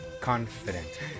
confident